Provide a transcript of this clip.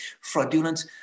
fraudulent